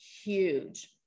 huge